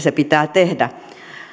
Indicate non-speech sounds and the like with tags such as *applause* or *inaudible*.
*unintelligible* se pitää tehdä